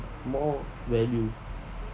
more value